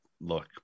look